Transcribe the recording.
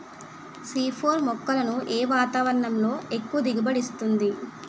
C four మొక్కలను ఏ వాతావరణంలో ఎక్కువ దిగుబడి ఇస్తుంది?